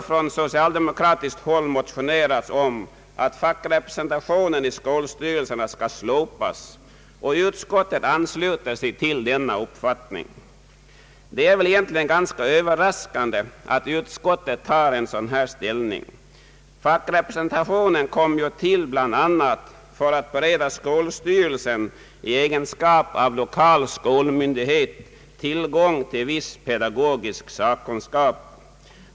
Från socialdemokratiskt håll har i år motionerats om att fackrepresentationen i skolstyrelserna skall slopas, och utskottet ansluter sig till denna uppfattning. Det är väl egentligen ganska överraskande att utskottet tar en sådan ställning. Fackrepresentationen kom ju till bl.a. för att bereda skolstyrelsen i egenskap av lokal skolmyndighet tillgång till viss pedagogisk sakkunskap.